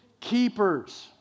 keepers